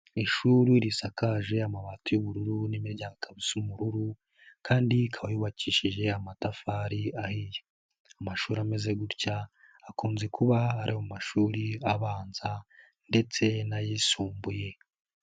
Ishuri risakaje amabati y'ubururu n'imiryango ikaba isa ubururu kandi ikaba yubakishije amatafari ahiye. Amashuri ameze gutya akunze kuba ari amashuri abanza ndetse n'ayisumbuye.